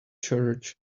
church